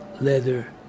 leather